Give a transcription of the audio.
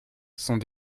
sont